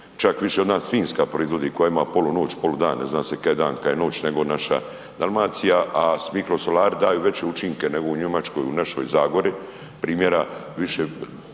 čak više od nas Finska proizvodi koja ima polu noć, polu dan, ne zna se kad je dan, kad je noć, nego naša Dalmacija, a s mikrosolari daju veće učinke nego u Njemačkoj u našoj Zagori, primjera više